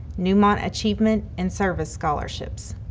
neumont achievement and service scholarships.